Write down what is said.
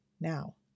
now